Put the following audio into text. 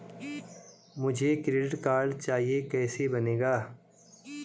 मुझे credit card चाहिए कैसे बनेगा?